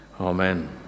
Amen